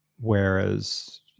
whereas